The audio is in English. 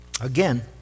Again